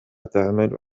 تعمل